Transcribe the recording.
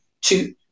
two